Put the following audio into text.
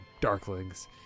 darklings